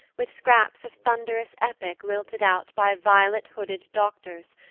with scraps of thunderous epic lilted out by violet-hooded doctors,